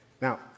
Now